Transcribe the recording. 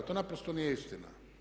To naprosto nije istina.